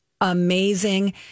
amazing